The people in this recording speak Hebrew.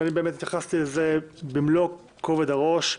ובאמת התייחסתי לזה במלוא כובד הראש.